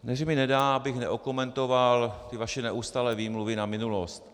Nejdřív mi nedá, abych neokomentoval ty vaše neustálé výmluvy na minulost.